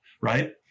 right